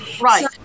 right